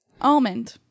almond